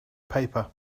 paper